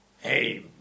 hey